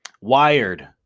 Wired